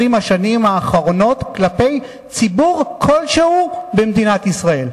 השנים האחרונות כלפי ציבור כלשהו במדינת ישראל,